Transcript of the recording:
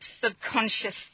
subconscious